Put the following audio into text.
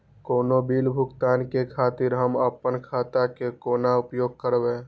कोनो बील भुगतान के खातिर हम आपन खाता के कोना उपयोग करबै?